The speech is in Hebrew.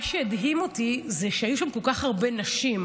מה שהדהים אותי הוא שהיו שם כל כך הרבה נשים,